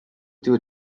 due